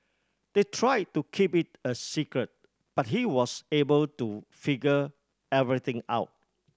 they tried to keep it a secret but he was able to figure everything out